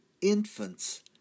infants